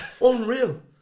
Unreal